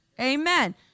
Amen